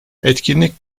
etkinlik